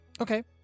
Okay